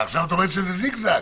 עכשיו את אומרת שזה זיג-זג.